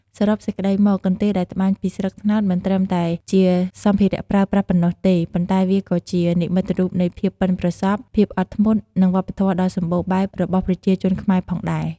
សរុបសេចក្ដីមក កន្ទេលដែលត្បាញពីស្លឹកត្នោត មិនត្រឹមតែជាសម្ភារៈប្រើប្រាស់ប៉ុណ្ណោះទេ ប៉ុន្តែវាក៏ជា និមិត្តរូបនៃភាពប៉ិនប្រសប់ ភាពអត់ធ្មត់ និងវប្បធម៌ដ៏សម្បូរបែបរបស់ប្រជាជនខ្មែរ ផងដែរ។